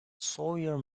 sawyer